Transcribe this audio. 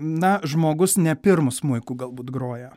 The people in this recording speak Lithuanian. na žmogus ne pirmu smuiku galbūt groja